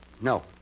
No